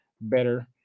better